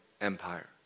Empire